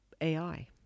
AI